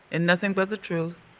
and nothing but the truth,